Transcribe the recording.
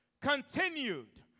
continued